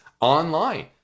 Online